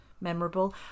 memorable